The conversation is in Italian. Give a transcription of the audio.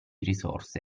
risorse